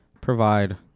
provide